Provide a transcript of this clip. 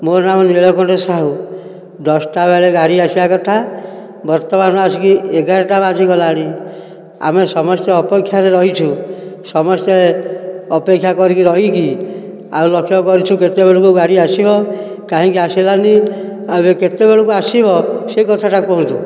ମୋ ନାମ ନୀଳକଣ୍ଠ ସାହୁ ଦଶଟା ବେଳେ ଗାଡ଼ି ଆସିବା କଥା ବର୍ତ୍ତମାନ ଆସିକି ଏଗାରଟା ବାଜିଗଲାଣି ଆମେ ସମସ୍ତେ ଅପେକ୍ଷାରେ ରହିଛୁ ସମସ୍ତେ ଅପେକ୍ଷା କରି ରହିକି ଆଉ ଲକ୍ଷ୍ୟ କରିଛୁ କେତେବେଳକୁ ଗାଡ଼ି ଆସିବ କାହିଁକି ଆସିଲାନି ଆଉ କେତେବେଳକୁ ଆସିବ ସେ କଥାଟା କୁହନ୍ତୁ